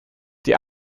die